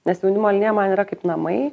nes jaunimo linija man yra kaip namai